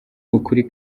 ukuri